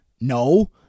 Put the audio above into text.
No